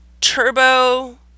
Turbo